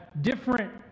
different